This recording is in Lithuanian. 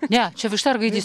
ne čia višta ar gaidys